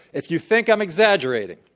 if you think i'm exaggerating,